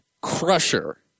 Crusher